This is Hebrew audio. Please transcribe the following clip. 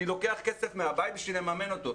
אני לוקח כסף מהבית בשביל לממן אותו.